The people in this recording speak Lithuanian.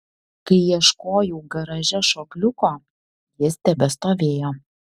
kai ieškojau garaže šokliuko jis tebestovėjo